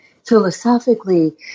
philosophically